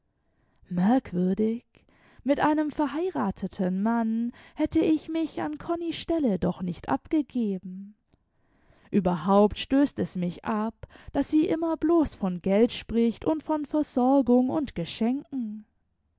i mit einem verheirateten mann hätte ich mich an konnis stelle doch nicht abgegeben überhaupt stößt es mich ab daß sie inuner bloß von geld spricht und von versorgung und geschenken